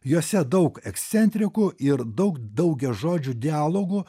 juose daug ekscentrikų ir daug daugiažodžių dialogų